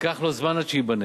ייקח לו זמן עד שייבנה,